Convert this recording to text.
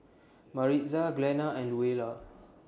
Maritza Glenna and Luella